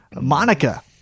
Monica